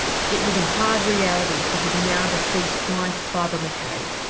it was a hard reality for his now deceased wife barbara mackay,